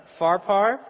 Farpar